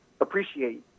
appreciate